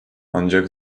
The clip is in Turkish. ancak